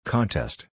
Contest